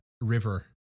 River